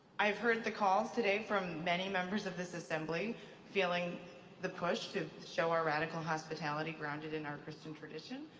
i've heard the calls today from many members of this assembly feeling the push to show our radical hospitality grounded in our christian tradition.